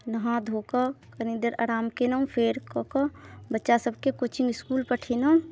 नहा धो कऽ कनी देर आराम केलहुँ फेर कऽ कऽ बच्चा सबके कोचिंग इसकुल पठेलहुँ